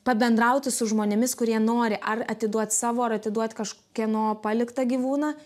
pabendrauti su žmonėmis kurie nori ar atiduoti savo ar atiduoti kažkieno paliktą gyvūną